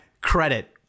credit